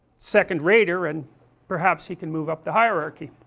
second rater and perhaps he can move up the hierarchy.